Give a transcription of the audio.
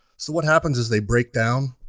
so what happens is they break down,